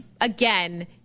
again –